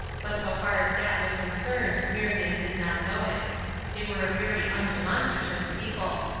but so far as that was concerned marion did not know it they were a very undemonstrative people.